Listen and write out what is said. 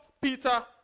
Peter